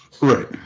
right